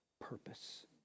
purpose